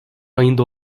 ayında